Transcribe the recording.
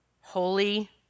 Holy